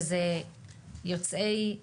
שזה יוצאי מד"א.